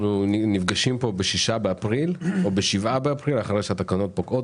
נפגשים פה ב-6 באפריל או ב-7 באפריל אחרי שהתקנות פוקעות